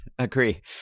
Agree